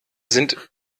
sind